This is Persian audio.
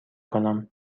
کنم